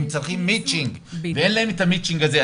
אם צריכים מצ'ינג ואין להם את המצ'ינג הזה.